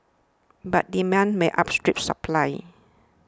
but demand might outstrip supply